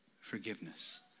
forgiveness